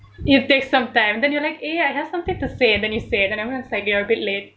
it takes some time then you like eh I have something to say and then you say it and everyone's like you're a bit late